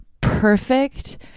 perfect